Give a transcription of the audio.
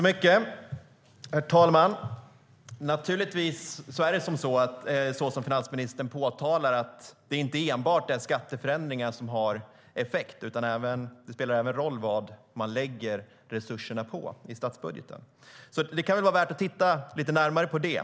Herr talman! Naturligtvis är det, som finansministern påtalar, inte enbart skatteförändringar som har effekt. Det spelar roll även vad man lägger resurserna på i statsbudgeten, så det kan väl vara värt att titta lite närmare på det.